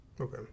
Okay